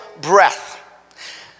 breath